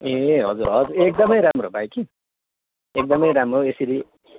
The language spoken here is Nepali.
ए हजुर हजुर एकदमै राम्रो भाइ कि एकदमै राम्रो यसरी